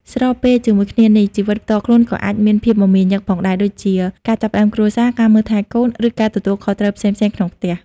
ស្របពេលជាមួយគ្នានេះ ជីវិតផ្ទាល់ខ្លួនក៏អាចមានភាពមមាញឹកផងដែរ ដូចជាការចាប់ផ្តើមគ្រួសារ ការមើលថែកូន ឬការទទួលខុសត្រូវផ្សេងៗក្នុងផ្ទះ។